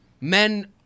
men